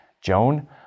Joan